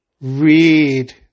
read